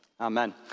Amen